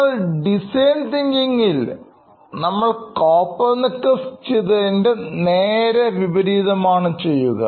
എന്നാൽ ഡിസൈൻ തിങ്കിങ്ങ്ങിൽ നമ്മൾ കോപ്പർനിക്കസ് ചെയ്തതിൻറെ നേരെ വിപരീതമാണ് ചെയ്യുക